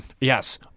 Yes